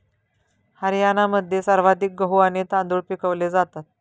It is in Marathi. हरियाणामध्ये सर्वाधिक गहू आणि तांदूळ पिकवले जातात